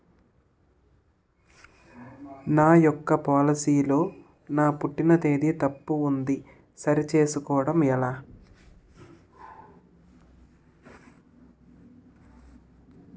నా యెక్క పోలసీ లో నా పుట్టిన తేదీ తప్పు ఉంది సరి చేసుకోవడం ఎలా?